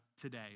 today